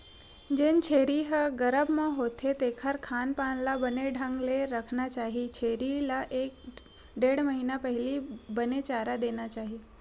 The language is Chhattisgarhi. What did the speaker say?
जेन छेरी ह गरभ म होथे तेखर खान पान ल बने ढंग ले रखना चाही छेरी ल एक ढ़ेड़ महिना पहिली बने चारा देना चाही